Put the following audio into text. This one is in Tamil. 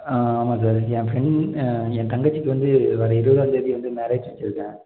ஆ ஆமாம் சார் என் ஃப்ரெண்ட் என் தங்கச்சிக்கு வந்து வர இருபதாந்தேதி வந்து மேரேஜ் வெச்சிருக்கேன்